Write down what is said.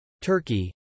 Turkey